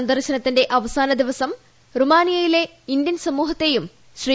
സന്ദർശനത്തിന്റ അവസാന ദിവസം റുമാനിയയിലെ ഇന്ത്യൻ സമൂഹത്തെയും ശ്രീ